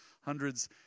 hundreds